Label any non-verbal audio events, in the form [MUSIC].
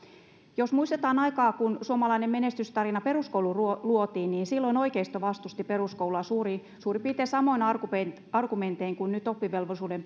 jos muistetaan aikaa kun suomalainen menestystarina peruskoulu luotiin niin silloin oikeisto vastusti peruskoulua suurin piirtein samoin argumentein argumentein kuin nyt oppivelvollisuuden [UNINTELLIGIBLE]